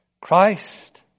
Christ